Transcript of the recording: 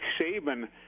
Saban